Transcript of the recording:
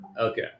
Okay